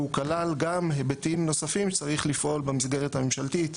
והוא כלל גם היבטים נוספים שצריך לפעול במסגרת הממשלתית,